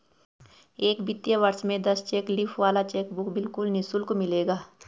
एक वित्तीय वर्ष में दस चेक लीफ वाला चेकबुक बिल्कुल निशुल्क मिलेगा